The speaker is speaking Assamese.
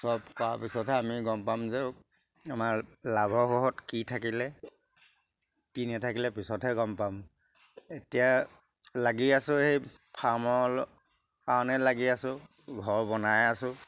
চব পোৱাৰ পিছতহে আমি গম পাম যে আমাৰ লাভৰ ঘৰত কি থাকিলে কি নেথাকিলে পিছতহে গম পাম এতিয়া লাগি আছোঁ সেই ফাৰ্মৰ কাৰণেই লাগি আছোঁ ঘৰ বনাই আছোঁ